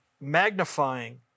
magnifying